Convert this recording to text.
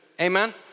amen